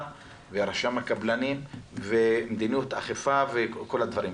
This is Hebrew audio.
ורשם הקבלנים ומדיניות אכיפה וכל הדברים.